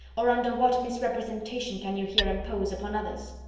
or under what misrepresentation can you here impose upon others?